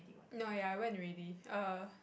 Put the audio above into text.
no ya I went already err